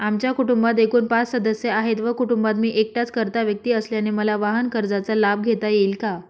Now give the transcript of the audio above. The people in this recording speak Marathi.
आमच्या कुटुंबात एकूण पाच सदस्य आहेत व कुटुंबात मी एकटाच कर्ता व्यक्ती असल्याने मला वाहनकर्जाचा लाभ घेता येईल का?